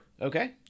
okay